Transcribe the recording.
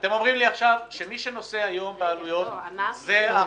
אתם אומרים לי שמי שנושא בעלויות זה המנפיק.